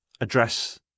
address